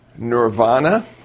Nirvana